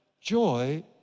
Joy